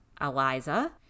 eliza